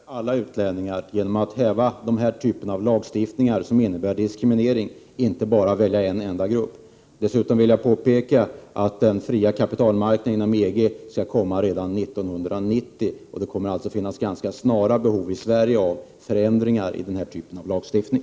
Herr talman! Jag anser att man i stället bör ta ett initiativ som gäller alla utlänningar genom att upphäva denna typ av lagar som innebär diskriminering och inte bara ta ett initiativ som gäller endast en enda grupp. Dessutom vill jag påpeka att den fria kapitalmarknaden inom EG kommer att införas redan 1990. Det kommer därför ganska snart att finnas behov i Sverige av förändringar när det gäller denna typ av lagstiftning.